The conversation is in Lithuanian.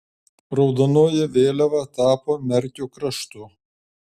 raudonoji vėliava tapo merkio kraštu